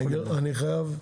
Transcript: אני חייב,